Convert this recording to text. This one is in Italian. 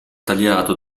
tagliato